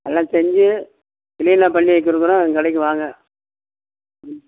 எல்லாம் செஞ்சு கிளீனாக பண்ணி வச்சுருக்குறோம் எங்கள் கடைக்கு வாங்க ம்